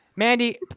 Mandy